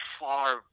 far